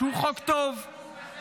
הוא חוק טוב ------ סעדה,